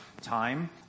time